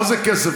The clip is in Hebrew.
מה זה "כסף"?